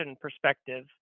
perspective